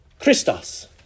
Christos